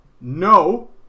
No